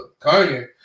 Kanye